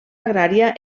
agrària